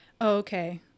okay